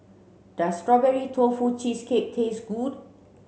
does strawberry tofu cheesecake taste good